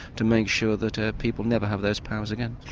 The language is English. to make sure that ah people never have those powers again.